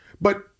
but-